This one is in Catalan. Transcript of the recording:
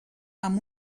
amb